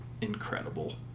incredible